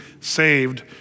saved